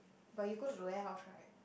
but you go to the warehouse right